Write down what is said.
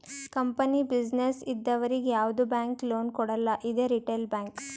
company, business ಇದ್ದವರಿಗ್ ಯಾವ್ದು bank loan ಕೊಡಲ್ಲ ಅದೇ ರಿಟೇಲ್ ಬ್ಯಾಂಕ್